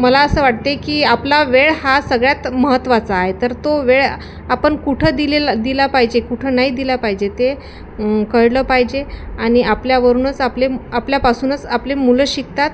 मला असं वाटते की आपला वेळ हा सगळ्यात महत्त्वाचा आहे तर तो वेळ आपण कुठं दिलेला दिला पाहिजे कुठं नाही दिला पाहिजे ते कळलं पाहिजे आणि आपल्यावरूनच आपले आपल्यापासूनच आपले मुलं शिकतात